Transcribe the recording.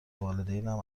والدینم